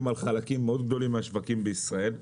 על חלקים מאוד גדולים מהשווקים בישראל.